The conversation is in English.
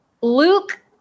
Luke